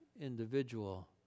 individual